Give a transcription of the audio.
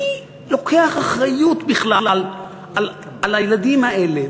מי לוקח אחריות בכלל על הילדים האלה?